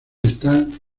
están